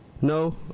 No